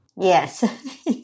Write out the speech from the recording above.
Yes